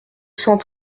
cent